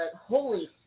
holy